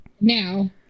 Now